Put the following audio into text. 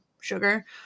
sugar